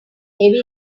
heavy